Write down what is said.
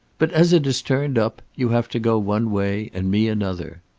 but as it has turned up, you have to go one way and me another.